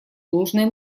должное